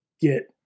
get